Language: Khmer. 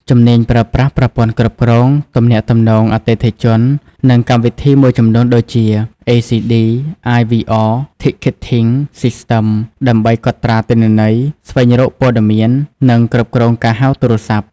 ជំនាញប្រើប្រាស់ប្រព័ន្ធគ្រប់គ្រងទំនាក់ទំនងអតិថិជន និងកម្មវិធីមួយចំនួន ដូចជា ACD, IVR, Ticketing System ដើម្បីកត់ត្រាទិន្នន័យ ស្វែងរកព័ត៌មាន និងគ្រប់គ្រងការហៅទូរស័ព្ទ។